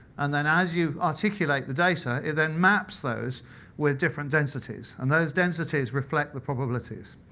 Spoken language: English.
and then as you articulate the data, it then maps those with different densities. and those densities reflect the probabilities.